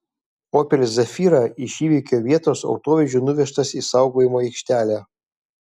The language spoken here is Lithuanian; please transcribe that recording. opel zafira iš įvykio vietos autovežiu nuvežtas į saugojimo aikštelę